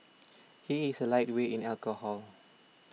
he is a lightweight in alcohol